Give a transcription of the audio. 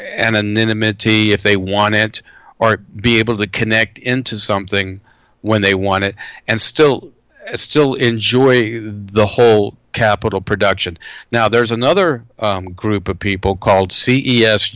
anonymity if they want or be able to connect into something when they want it and still still enjoy the whole capital production now there's another group of people called c e s